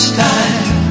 time